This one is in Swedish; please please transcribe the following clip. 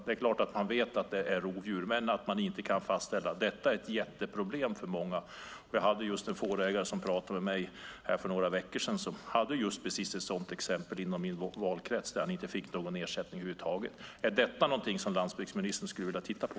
Det är klart att man vet att det är rovdjur, men det går inte att fastställa. Detta är ett jätteproblem för många. En fårägare i min valkrets pratade med mig för några veckor sedan och hade precis ett sådant exempel, där han inte fick någon ersättning över huvud taget. Är detta någonting som landsbygdsministern skulle vilja titta på?